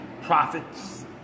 profits